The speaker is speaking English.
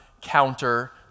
counter